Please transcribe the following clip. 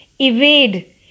evade